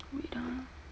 wait ah